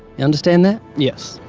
you understand that? yes.